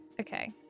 Okay